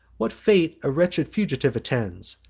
what fate a wretched fugitive attends,